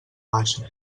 baixa